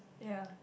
ya